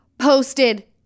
posted